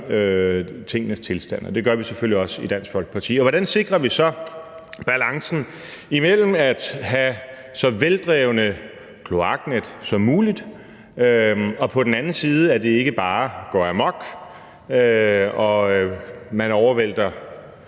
tingenes tilstand. Det gør vi selvfølgelig også i Dansk Folkeparti. Hvordan sikrer vi så balancen imellem på den ene side at have så veldrevne kloaknet som muligt, og at det på den anden side ikke bare går amok, så man overvælter